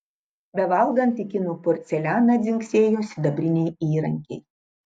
bevalgant į kinų porcelianą dzingsėjo sidabriniai įrankiai